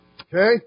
Okay